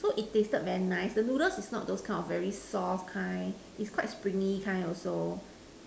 so it tasted very nice the noodle is also not the very soft kind it's also the very springy kind also